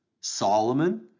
Solomon